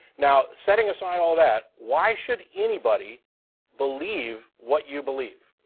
now setting aside all that why should anybody believe what you believe?